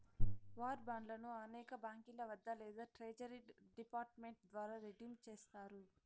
war బాండ్లను అనేక బాంకీల వద్ద లేదా ట్రెజరీ డిపార్ట్ మెంట్ ద్వారా రిడీమ్ చేస్తారు